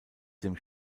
dem